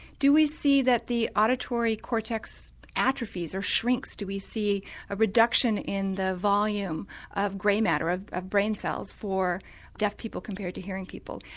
do we see that the auditory cortex atrophies or shrinks, do we see a reduction in the volume of grey matter, of of brain cells for deaf people compared to hearing people?